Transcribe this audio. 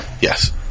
yes